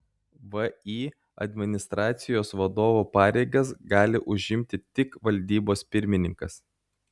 vį administracijos vadovo pareigas gali užimti tik valdybos pirmininkas